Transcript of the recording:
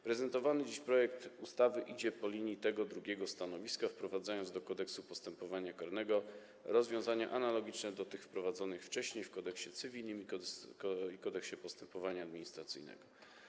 Prezentowany dziś projekt ustawy idzie po linii tego drugiego stanowiska, wprowadzając do Kodeksu postępowania karnego rozwiązanie analogiczne do tych wprowadzonych wcześniej w Kodeksie cywilnym i w Kodeksie postępowania administracyjnego.